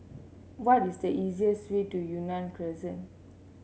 what is the easiest way to Yunnan Crescent